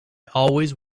always